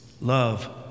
Love